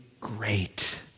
great